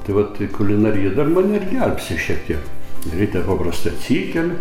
tai vat tai kulinarija dar mane ir gelbsti šiek tiek ryte paprastai atsikeliu